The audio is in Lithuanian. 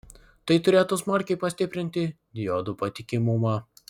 tai turėtų smarkiai pastiprinti diodų patikimumą